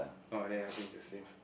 oh then ya I think it's the same